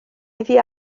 iddi